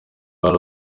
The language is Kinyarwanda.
hari